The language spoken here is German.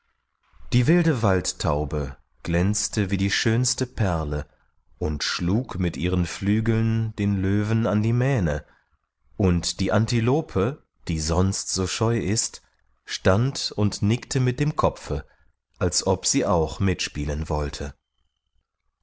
die wilde waldtaube glänzte wie die schönste perle und schlug mit ihren flügeln den löwen an die mähne und die antilope die sonst so scheu ist stand und nickte mit dem kopfe als ob sie auch mitspielen wollte